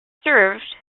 served